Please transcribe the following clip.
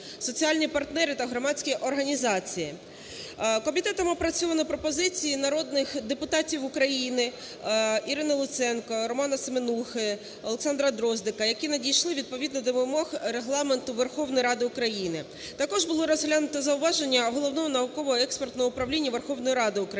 соціальні партнери та громадські організації. Комітетом опрацьовано пропозиції народних депутатів України: Ірини Луценко, РоманаСеменухи, Олександра Дроздика, які надійшли відповідно до вимог Регламенту Верховної Ради України. Також було розглянуто зауваження Головного науково-експертного управління Верховної Ради України,